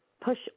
push